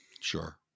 sure